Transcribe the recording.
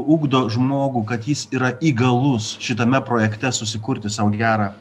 ugdo žmogų kad jis yra įgalus šitame projekte susikurti sau gerą